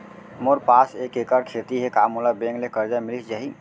मोर पास एक एक्कड़ खेती हे का मोला बैंक ले करजा मिलिस जाही?